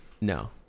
No